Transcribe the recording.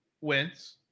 wins